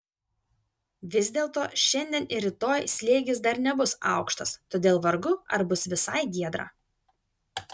vis dėlto šiandien ir rytoj slėgis dar nebus aukštas todėl vargu ar bus visai giedra